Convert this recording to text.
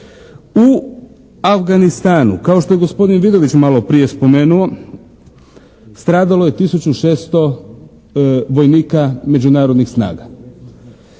U Afganistanu kao što je gospodin Vidović maloprije spomenuo stradalo je tisuću 600 vojnika međunarodnih snaga,